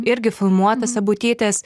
irgi filmuota sabutytės